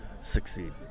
succeed